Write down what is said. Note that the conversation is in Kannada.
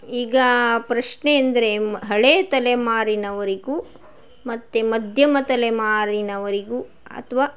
ಈಗ ಪ್ರಶ್ನೆ ಎಂದರೆ ಹಳೆ ತಲೆಮಾರಿನವರಿಗೂ ಮತ್ತು ಮಧ್ಯಮ ತಲೆಮಾರಿನವರಿಗೂ ಅಥವಾ